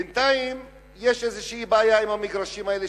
בינתיים יש איזושהי בעיה עם המגרשים האלה,